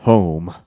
Home